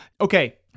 Okay